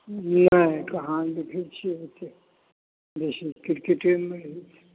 नहि कहाँ देखै छियै से बेसी क्रिकेटेमे